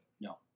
No